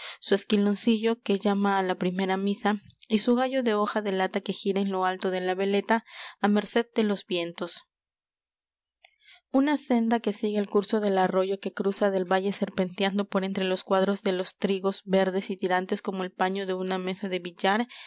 su esquiloncillo que llama á la primera misa y su gallo de hoja de lata que gira en lo alto de la veleta á merced de los vientos una senda que sigue el curso del arroyo que cruza el valle serpenteando por entre los cuadros de los trigos verdes y tirantes como el paño de una mesa de billar